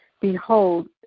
Behold